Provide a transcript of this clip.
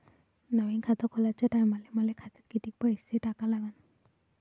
नवीन खात खोलाच्या टायमाले मले खात्यात कितीक पैसे टाका लागन?